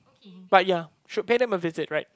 but ya should pay them a visit right